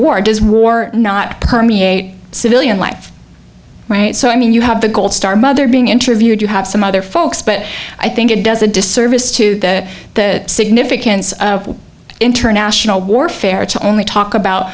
does war not permeate civilian life right so i mean you have the gold star mother being interviewed you have some other folks but i think it does a disservice to the the significance of international warfare to only talk